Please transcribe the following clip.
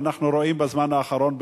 אנחנו רואים בזמן האחרון,